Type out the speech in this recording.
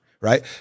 Right